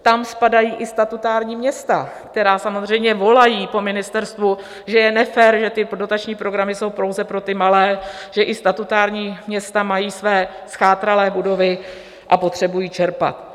Tam spadají i statutární města, která samozřejmě volají po ministerstvu, že je nefér, že ty dotační programy jsou pouze pro ty malé, že i statutární města mají své zchátralé budovy a potřebují čerpat.